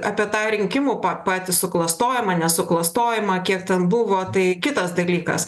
apie tą rinkimų pa patį suklastojimą nesuklastojimą kiek ten buvo tai kitas dalykas